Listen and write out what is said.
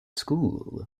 school